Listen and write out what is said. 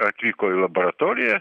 atvyko į laboratoriją